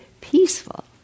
peaceful